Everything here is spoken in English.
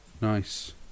Nice